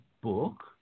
book